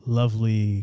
lovely